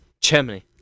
Germany